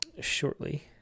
shortly